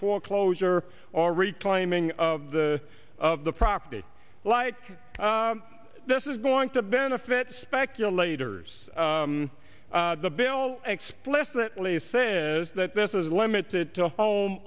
foreclosure or reclaiming of the of the property like this is going to benefit speculators the bill explicitly say is that this is limited to home